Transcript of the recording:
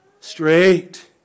Straight